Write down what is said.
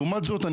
לעומת זאת,